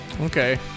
Okay